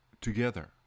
together